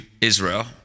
Israel